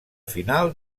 final